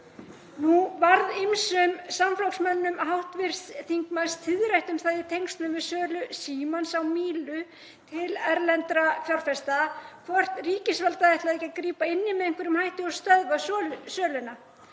Nú varð ýmsum samflokksmönnum hv. þingmanns tíðrætt um það í tengslum við sölu Símans á Mílu til erlendra fjárfesta hvort ríkisvaldið ætlaði ekki að grípa inn í með einhverjum hætti og stöðva söluna.